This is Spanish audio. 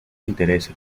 intereses